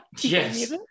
Yes